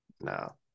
no